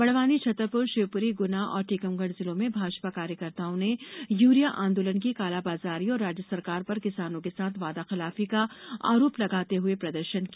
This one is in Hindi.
बड़वानी छतरपुर शिवपुरी गुना और टीकमगढ़ जिलों में भाजपा कार्यकर्ताओं ने यूरिया आंदोलन की कालाबाजारी और राज्य सरकार पर किसानों के साथ वादा खिलाफी का आरोप लगाते हुए प्रदर्शन किया